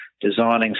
Designing